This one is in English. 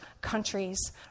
countries